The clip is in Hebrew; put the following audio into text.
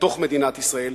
בתוך מדינת ישראל,